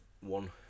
one